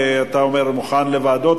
אתה אומר שאתה מוכן לוועדה,